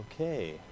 okay